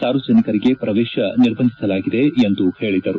ಸಾರ್ವಜನಿಕರಿಗೆ ಪ್ರವೇಶ ನಿರ್ಬಂಧಿಸಲಾಗಿದೆ ಎಂದು ಹೇಳಿದರು